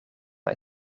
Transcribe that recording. hij